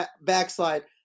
backslide